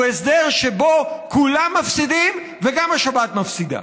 הוא הסדר שבו כולם מפסידים וגם השבת מפסידה.